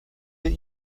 that